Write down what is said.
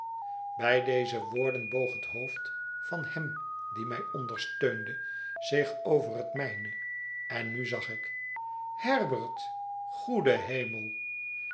bij deze woorden boog het hoofd van hem die mij ondersteunde zich over het mijne en nu zag ik herbert goede hemel